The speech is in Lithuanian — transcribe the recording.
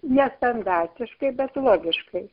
nestandartiškai bet logiškai